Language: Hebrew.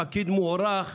פקיד מוערך,